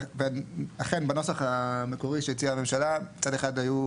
ואכן בנוסח המקורי שהציעה הממשלה מצד אחד היו